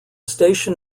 station